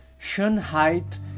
Schönheit